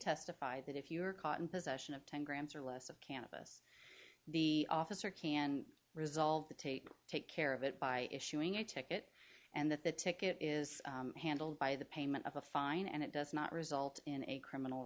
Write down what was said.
testified that if you are caught in possession of ten grams or less of cannabis the officer can resolve the tape take care of it by issuing a ticket and that the ticket is handled by the payment of a fine and it does not result in a criminal